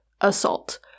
assault